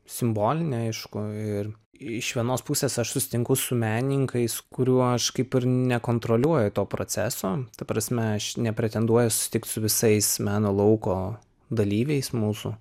simbolinė aišku ir iš vienos pusės aš susitinku su menininkais kurių aš kaip ir nekontroliuoju to proceso ta prasme aš nepretenduoju susitikt su visais meno lauko dalyviais mūsų